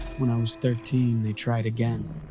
when i was thirteen they tried again.